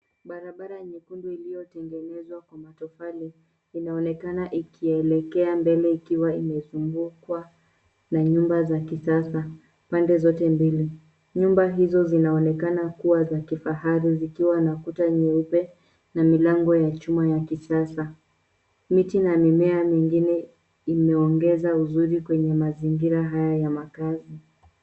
Barabara nyekundu iliyo tengenezwa kwa matofari inaonekana ikielekea mbele ikiwa imezungukwa na nyumba za kisasa pande zote mbili, nyumba hizo zinaoneka kuwa za kifahari zikiwa na kuta nyeupe na milango ya chuma ya kisasa. Miti na mimea mingine imeongeza uzuri kwenye mazingira haya ya makazi.